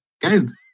guys